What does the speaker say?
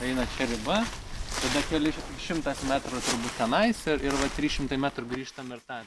eina čia riba tada keli šimtas metrų turbūt tenais ir ir va trys šimtai metrų grįžtam ir tą